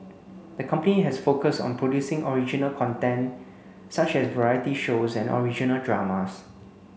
the company has focused on producing original content such as variety shows and original dramas